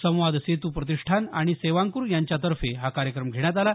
संवाद सेतू प्रतिष्ठान आणि सेवांकूर यांच्यातर्फे हा कार्यक्रम घेण्यात आला